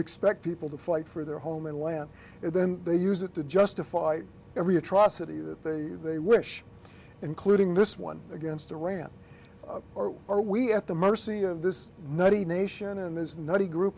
expect people to fight for their home and land them they use it to justify every atrocity that they wish including this one against iran or are we at the mercy of this